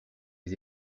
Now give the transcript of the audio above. les